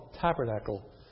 tabernacle